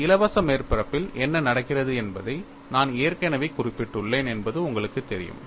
ஒரு இலவச மேற்பரப்பில் என்ன நடக்கிறது என்பதை நான் ஏற்கனவே குறிப்பிட்டுள்ளேன் என்பது உங்களுக்குத் தெரியும்